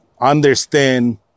understand